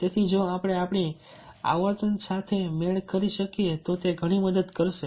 તેથી જો આપણે આપણી આવર્તન સાથે મેળ કરી શકીએ તો તે ઘણી મદદ કરશે